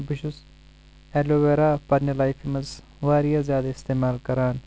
بہٕ چھُس ایٚلوویرا پننہِ لیفہِ منٛز واریاہ زیادٕ استعمال کران